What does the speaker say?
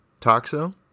toxo